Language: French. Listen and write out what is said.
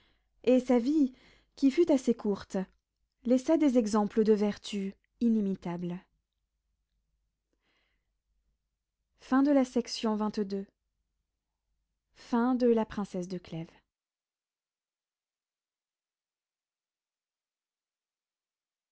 et sa vie qui fut assez courte laissa des exemples de vertu inimitables end of the project gutenberg ebook of la princesse de clèves